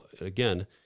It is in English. Again